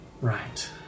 right